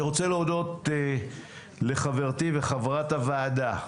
אני רוצה להודות לחברתי וחברת הוועדה,